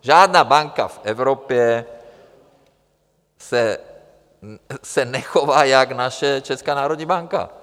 Žádná banka v Evropě se nechová jako naše Česká národní banka.